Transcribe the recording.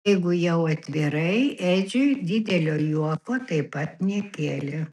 jeigu jau atvirai edžiui didelio juoko taip pat nekėlė